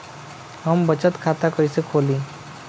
हम बचत खाता कइसे खोलीं?